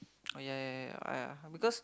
oh ya ya ya I uh because